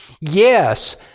Yes